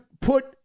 put